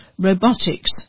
robotics